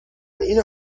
اینو